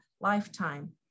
lifetime